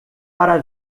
para